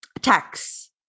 tax